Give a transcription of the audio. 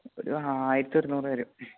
ഒരു ആയിരത്തി ഒരുന്നൂറ് വരും